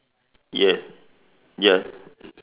yes ya